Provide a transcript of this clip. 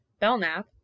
Belknap